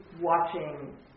watching